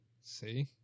See